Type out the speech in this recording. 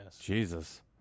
Jesus